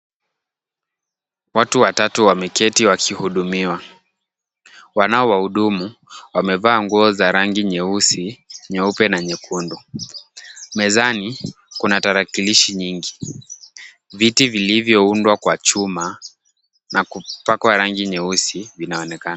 Watu watatu wameketi wakihudumiwa. Wanao wahudumu wamevaa nguo za rangi nyeusi, nyeupe na nyekundu. Mezani kuna tarakilishi nyingi. Viti vilivyoundwa kwa chuma na kupakwa rangi nyeusi vinaonekana.